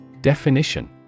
Definition